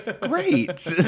Great